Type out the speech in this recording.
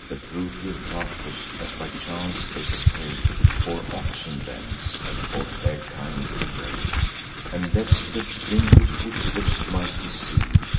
the brutal cacus, as by chance they stray'd, four oxen thence, and four fair kine convey'd and, lest the printed footsteps might be seen,